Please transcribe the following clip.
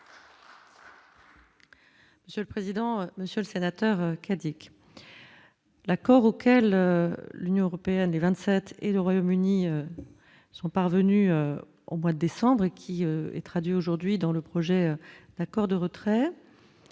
Monsieur le président, Monsieur le Sénateur Cadic l'accord auquel l'Union européenne, les 27 et le Royaume-Uni sont parvenus au mois de décembre qui est traduit aujourd'hui dans le projet d'accord de retrait,